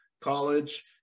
college